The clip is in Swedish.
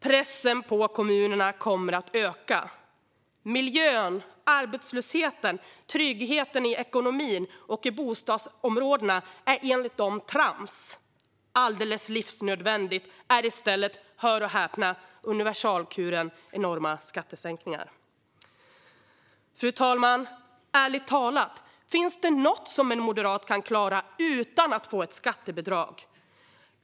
Pressen på kommunerna kommer att öka. Miljön, arbetslösheten, tryggheten i ekonomin och i bostadsområdena är trams, enligt dem. Alldeles livsnödvändigt är i stället - hör och häpna - universalkuren enorma skattesänkningar. Fru talman! Ärligt talat: Finns det något som en moderat kan klara utan att få ett skattebidrag?